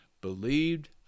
believed